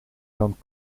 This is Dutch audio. kan